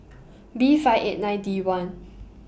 B five eight nine D one